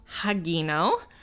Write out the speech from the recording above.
Hagino